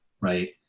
Right